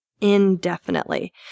indefinitely